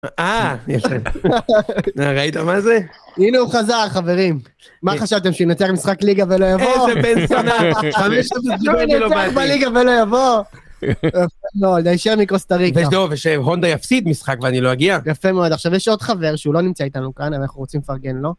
אה, ראית מה זה? הנה הוא חזר, חברים. מה חשבתם? שהוא ינצח משחק ליגה ולא יבוא? איזה בן זונה! 5 שנות ניסיון ולא באתי... שינצח משחק בליגה ולא יבוא? לא, עוד ההמשך מקוסטה ריקה. ושהונדה יפסיד משחק ואני לא אגיע? יפה מאוד, עכשיו יש עוד חבר שהוא לא נמצא איתנו כאן, אנחנו רוצים לפרגן לו.